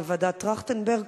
בוועדת-טרכטנברג,